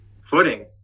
footing